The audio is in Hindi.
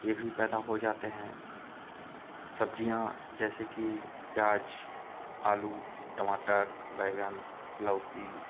यह भी पैदा हो जाते हैं सब्जियाँ जैसे कि प्याज आलू टमाटर बैगन लौकी